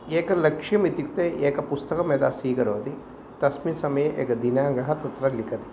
एकं लक्ष्यम् इत्युक्ते एकं पुस्तकं यदा स्वीकरोति तस्मिन् समये एकः दिनाङ्कः तत्र लिखति